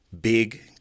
big